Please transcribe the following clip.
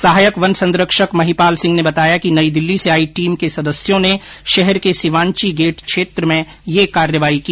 सहायक वन संरक्षक महिपालसिंह ने बताया कि नई दिल्ली से आई टीम के सदस्यों ने शहर के सिवांची गेट क्षेत्र में ये कार्रवाई की